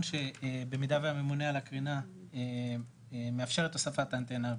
שבמידה והממונה על הקרינה מאפשר את הוספת האנטנה,